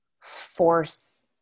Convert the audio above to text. force